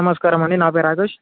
నమస్కారమండి నా పేరు రాజేష్